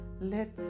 Let